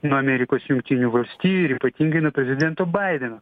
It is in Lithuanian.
nuo amerikos jungtinių valstijų ir ypatingai nuo prezidento baideno